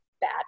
bad